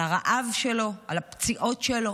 על הרעב שלו, על הפציעות שלו.